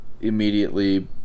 immediately